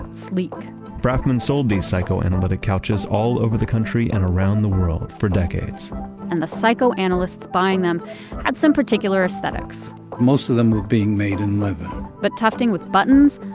sleek brafman sold these psychoanalytic couches all over the country and around the world for decades and the psychoanalysts buying them had some particular aesthetics most of them were being made in leather but tufting with buttons,